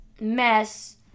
mess